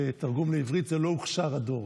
בתרגום לעברית: לא הוכשר הדור.